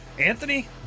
Anthony